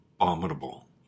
abominable